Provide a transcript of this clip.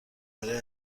برای